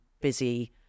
busy